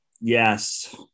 Yes